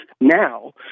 now